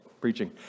preaching